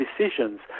decisions